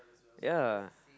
ya